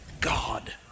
God